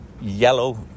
yellow